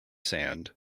sand